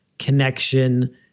connection